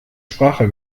sprache